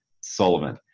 Sullivan